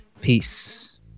Peace